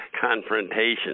confrontation